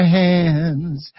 hands